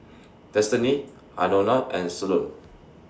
Destiny Anona and Solon